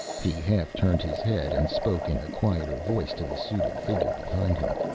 he half-turned his head and spoke in a quieter voice to the suited figure behind him.